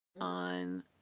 on